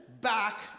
back